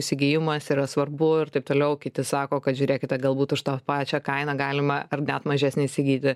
įsigijimas yra svarbu ir taip toliau kiti sako kad žiūrėkite galbūt už tą pačią kainą galima ar net mažesnę įsigyti